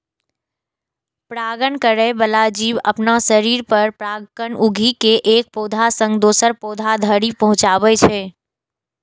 परागण करै बला जीव अपना शरीर पर परागकण उघि के एक पौधा सं दोसर पौधा धरि पहुंचाबै छै